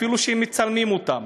אפילו שמצלמים אותם.